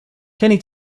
kenney